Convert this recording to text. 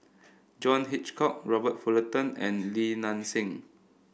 John Hitchcock Robert Fullerton and Li Nanxing